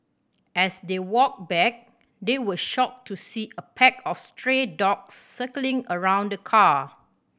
as they walked back they were shocked to see a pack of stray dogs circling around the car